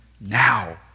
now